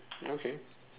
okay